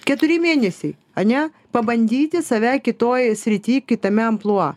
keturi mėnesiai ane pabandyti save kitoj srity kitame amplua